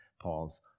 Paul's